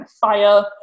fire